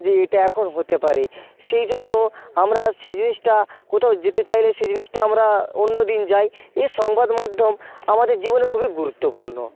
যে এটা এখন হতে পারে সেই জন্য আমরা সেই জিনিসটা কোথাও যেতে চাইলে সে জিনিসটা আমরা অন্য দিন যাই এ সংবাদমাধ্যম আমাদের জীবনে খুবই গুরুত্বপূর্ণ